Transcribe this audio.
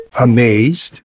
Amazed